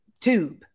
tube